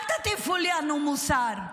אל תטיפו לנו מוסר.